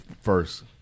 first